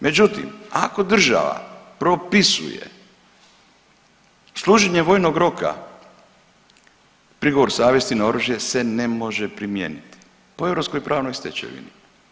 Međutim, ako država propisuje služenje vojnog roka prigovor savjesti na oružje se ne može primijeniti po europskoj pravnoj stečevini.